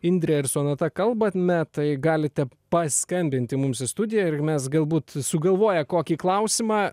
indre ir sonata kalbame tai galite paskambinti mums į studiją ir mes galbūt sugalvoję kokį klausimą